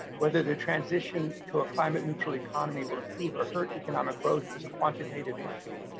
whether the transition to a climate neutral economy will improve or hurt economic growth is a quantitative issue.